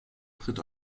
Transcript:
tritt